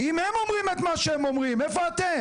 אם הם אומרים את מה שהם אומרים, איפה אתם?